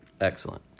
Excellent